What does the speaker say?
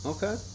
Okay